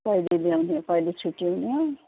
कहिले ल्याउने कहिले छुट्टी हुने हो